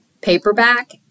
paperback